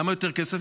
למה יותר כסף?